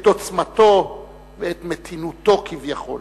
את עוצמתו ואת מתינותו כביכול.